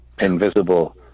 invisible